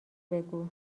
بگو